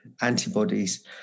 antibodies